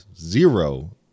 zero